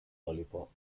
lollipop